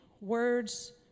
words